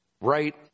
right